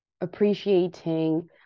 appreciating